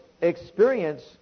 experience